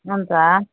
हुन्छ